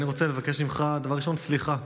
אני רוצה לבקש ממך דבר ראשון סליחה,